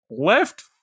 left